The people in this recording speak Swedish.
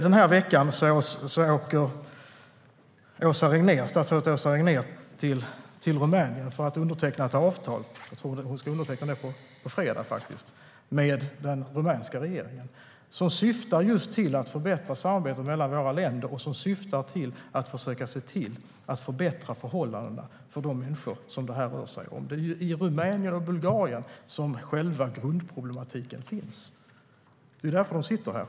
Den här veckan åker statsrådet Åsa Regnér till Rumänien för att underteckna ett avtal - jag tror att hon ska underteckna det på fredag - med den rumänska regeringen. Det syftar just till att förbättra samarbetet mellan våra länder och till att försöka förbättra förhållandena för de människor som det här rör sig om. Det är i Rumänien och Bulgarien som själva grundproblematiken finns. Det är därför de sitter här.